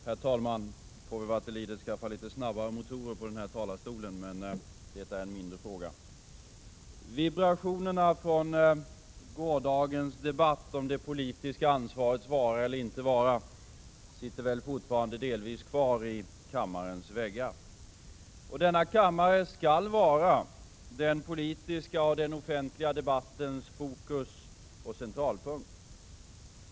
Herr talman! Vibrationerna från gårdagens debatt om det politiska ansvarets vara eller inte vara sitter väl fortfarande delvis kvar i kammarens väggar. Denna kammare skall vara den politiska och den offentliga debattens fokus och centralpunkt.